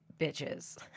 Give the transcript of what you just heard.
bitches